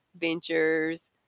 ventures